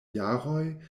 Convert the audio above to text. jaroj